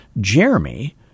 Jeremy